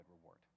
reward